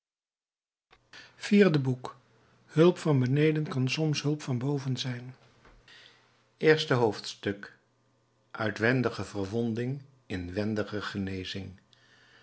iv hulp van beneden kan soms hulp van boven zijn i uitwendige verwonding inwendige genezing